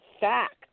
fact